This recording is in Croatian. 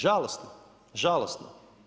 Žalosno, žalosno.